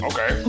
Okay